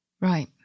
Right